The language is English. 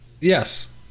Yes